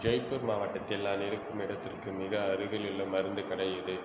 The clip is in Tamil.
ஜெய்ப்பூர் மாவட்டத்தில் நான் இருக்கும் இடத்திற்கு மிக அருகிலுள்ள மருந்துக் கடை எது